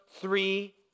three